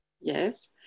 Yes